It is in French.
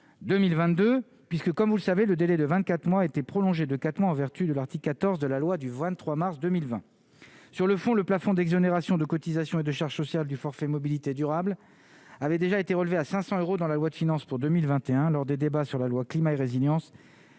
2022 puisque, comme vous le savez, le délai de 24 mois a été prolongé de 4 mois, en vertu de l'article 14 de la loi du 23 mars 2020 sur le fond, le plafond d'exonération de cotisations et de charges sociales du forfait mobilité durable avait déjà été relevé à 500 euros dans la loi de finances pour 2021 lors des débats sur la loi climat et résilience